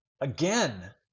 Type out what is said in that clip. again